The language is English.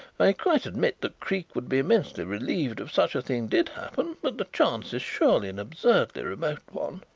i quite admit that creake would be immensely relieved if such a thing did happen, but the chance is surely an absurdly remote one.